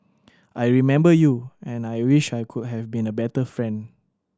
I remember you and I wish I could have been a better friend